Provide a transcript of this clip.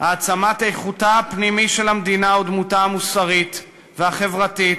העצמת איכותה הפנימית של המדינה ודמותה המוסרית והחברתית,